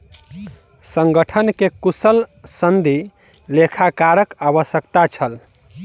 संगठन के कुशल सनदी लेखाकारक आवश्यकता छल